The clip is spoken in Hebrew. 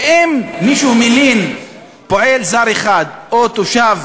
ואם מישהו מלין פועל זר אחד, או תושב